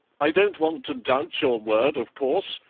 i don't want to doubt your word, of course,